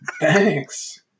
Thanks